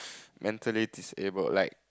mentally disabled like